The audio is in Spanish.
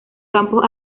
campos